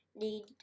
need